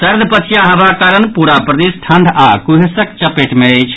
सर्द पछिया हवाक कारण पूरा प्रदेश ठंढ आओर कुहेसक चपेट मे अछि